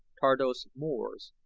tardos mors,